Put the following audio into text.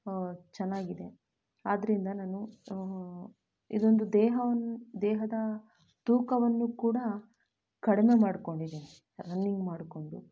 ಚೆನ್ನಾಗಿದೆ ಆದ್ದರಿಂದ ನಾನು ಇದೊಂದು ದೇಹವನ್ನು ದೇಹದ ತೂಕವನ್ನು ಕೂಡ ಕಡಿಮೆ ಮಾಡ್ಕೊಂಡಿದೀನಿ ರನ್ನಿಂಗ್ ಮಾಡಿಕೊಂಡು